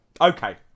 Okay